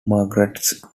margaret